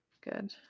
Good